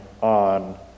on